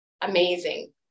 Amazing